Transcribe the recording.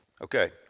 Okay